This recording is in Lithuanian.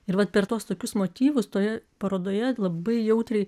ir vat per tuos tokius motyvus toje parodoje labai jautriai